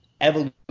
evolution